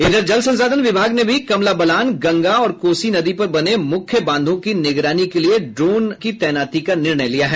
उधर जल संसाधन विभाग ने भी कमला बलान गंगा और कोसी नदी पर बने मुख्य बांधों की निगरानी के लिए ड्रोनों की तैनाती का निर्णय लिया है